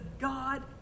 God